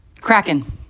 Kraken